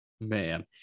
Man